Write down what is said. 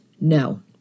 No